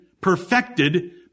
perfected